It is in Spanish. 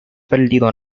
perdido